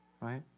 right